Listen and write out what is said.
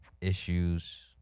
issues